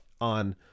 on